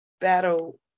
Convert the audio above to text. battle